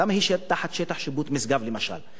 למה היא תחת שטח שיפוט משגב, למשל?